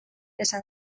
esan